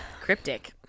Cryptic